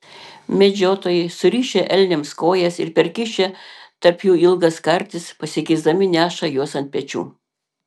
medžiotojai surišę elniams kojas ir perkišę tarp jų ilgas kartis pasikeisdami neša juos ant pečių